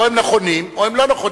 או שהם נכונים או שהם לא נכונים.